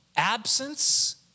Absence